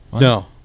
No